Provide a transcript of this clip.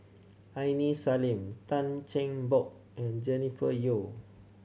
Aini Salim Tan Cheng Bock and Jennifer Yeo